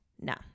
no